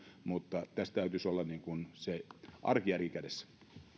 mutta tässä täytyisi olla se arkijärki kädessä